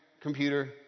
computer